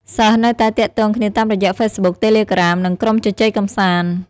សិស្សនៅតែទាក់ទងគ្នាតាមរយៈហ្វេសប៊ុក តេលេក្រាម និងក្រុមជជែកកម្សាន្ត។